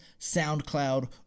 SoundCloud